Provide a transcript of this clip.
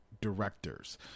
Directors